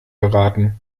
geraten